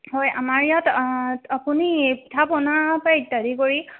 হয় আমাৰ ইয়াত আপুনি পিঠা পনাৰ পৰা ইত্যাদি কৰি